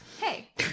Hey